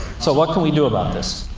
so, what can we do about this?